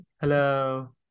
hello